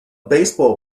baseball